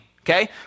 Okay